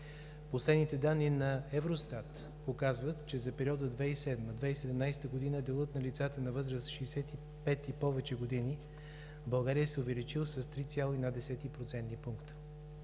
Последните данни на Евростат показват, че за периода 2007 – 2017 г. делът на лицата на възраст от 65 и повече години в България се е увеличил с 3,1 процентни